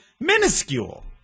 minuscule